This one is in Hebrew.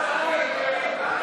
הזדמנות.